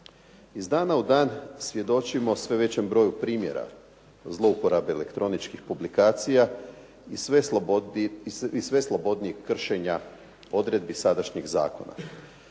Iz dana u dan svjedočimo sve većem broju primjera zlouporabe elektroničkih publika i sve slobodnijeg kršenja odredbi sadašnjeg zakona.